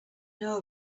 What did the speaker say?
know